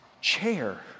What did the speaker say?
chair